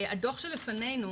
הדו"ח שלפנינו